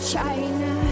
China